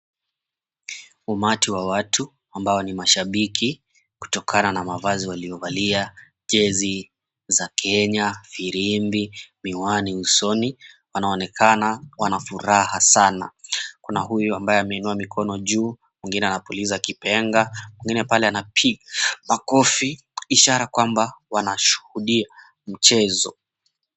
Umati wa watu ambao ni mashabiki kutokana na mavazi waliyovalia, jezi za Kenya, firimbi, miwani usoni, wanaonekana wana furaha sana. Kuna huyu ambaye ameinua mikono juu, mwingine anapuliza kipenga, mwingine pale anapiga makofi, ishara kwamba wanashuhudia mchezo.